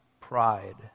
pride